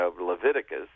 Leviticus